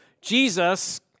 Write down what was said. Jesus